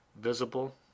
visible